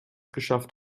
geschafft